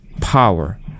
power